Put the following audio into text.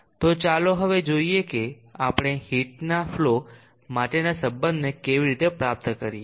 તો ચાલો હવે જોઈએ કે આપણે હીટના ફલો માટેના સંબંધને કેવી રીતે પ્રાપ્ત કરીએ